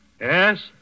Yes